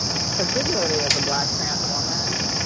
particularly as a black trans woman,